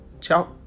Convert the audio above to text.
Ciao